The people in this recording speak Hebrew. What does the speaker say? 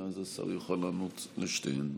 ואז השר יוכל לענות לשתיהן.